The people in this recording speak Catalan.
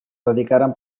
dedicaren